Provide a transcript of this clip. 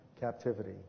captivity